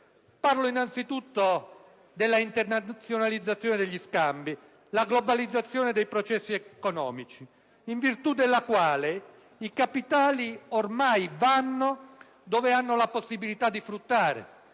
innanzitutto, alla internazionalizzazione degli scambi, alla globalizzazione dei processi economici, in virtù delle quali i capitali ormai vanno dove hanno la possibilità di fruttare: